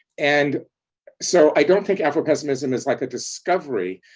and so i don't think afropessimism is like a discovery,